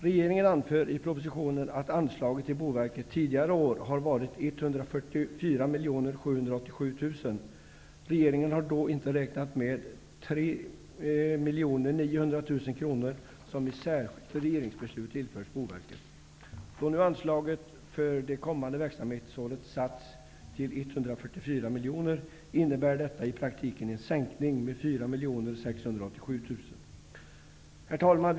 Regeringen anför i propositionen att anslaget till Regeringen har då inte räknat med de 3 900 000 kr som i särskilt regeringsbeslut tillförts Boverket. Då nu anslaget för det kommande verksamhetsåret har satts till 144 miljoner kronor, innebär detta i praktiken en sänkning med 4 687 000 kr. Herr talman!